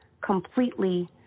completely